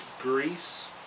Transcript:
Grease